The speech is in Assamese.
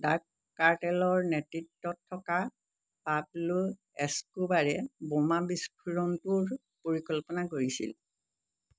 ড্ৰাগ কাৰ্টেলৰ নেতৃত্বত থকা পাবলো এস্কোবাৰে বোমা বিস্ফোৰণটোৰ পৰিকল্পনা কৰিছিল